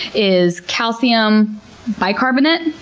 is calcium bicarbonate.